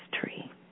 tree